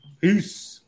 Peace